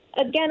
again